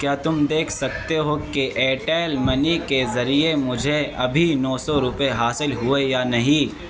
کیا تم دیکھ سکتے ہو کہ ایٹیل منی کے ذریعے مجھے ابھی نو سو روپے حاصل ہوئے یا نہیں